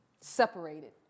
separated